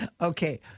Okay